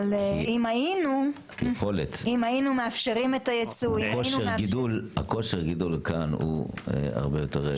אם היינו מאפשרים את היצוא --- כושר גידול כאן הוא הרבה יותר.